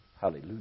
Hallelujah